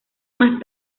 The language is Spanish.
más